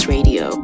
Radio